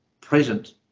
present